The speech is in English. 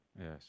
Yes